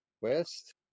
West